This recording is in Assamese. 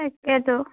তাকেটো